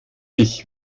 ich